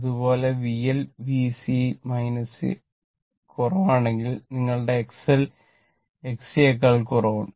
അതുപോലെ VL VC യിൽ കുറവാണെങ്കിൽ നിങ്ങളുടെ XL XC നേക്കാൾ കുറവാണ്